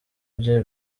bye